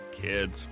Kids